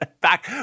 Back